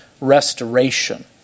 restoration